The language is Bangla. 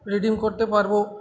রিডিম করতে পারবো